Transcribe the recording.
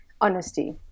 honesty